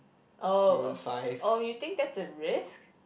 oh oh you think that's a risk